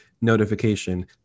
notification